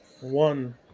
one